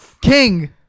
King